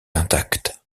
intacte